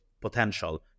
potential